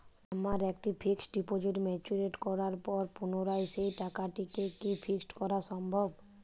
আমার একটি fixed deposit mature করার পর পুনরায় সেই টাকাটিকে কি ফিক্সড করা সম্ভব?